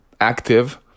active